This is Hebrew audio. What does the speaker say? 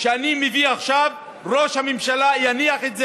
שאני מביא עכשיו, ראש הממשלה יניח את זה,